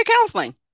counseling